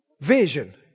Vision